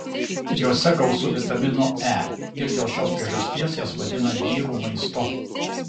jose gausu vitamino e ir dėl šios priežasties jas vadina vyrų maistu